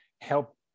help